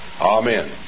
Amen